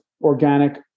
organic